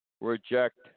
reject